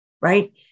right